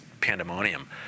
pandemonium